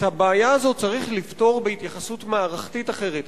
את הבעיה הזאת צריך לפתור בהתייחסות מערכתית אחרת.